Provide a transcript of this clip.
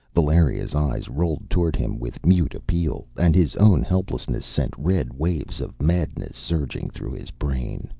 valeria's eyes rolled toward him with mute appeal, and his own helplessness sent red waves of madness surging through his brain.